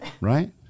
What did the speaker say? Right